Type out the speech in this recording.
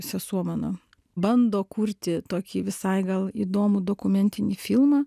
sesuo mano bando kurti tokį visai gal įdomų dokumentinį filmą